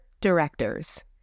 directors